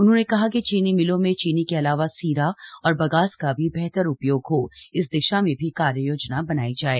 उन्होंने कहा कि चीनी मिलों में चीनी के अलावा सीरा और बगास का भी बेहतर उपयोग हो इस दिशा में भी कार्य योजना बनाई जाए